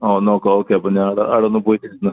ആ നോക്കാം ഓക്കെ പിന്നെ ആടെ ആടെ ഒന്ന് പോയിട്ട് എന്ന്